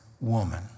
woman